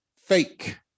fake